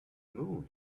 moon